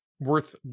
worth